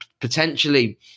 potentially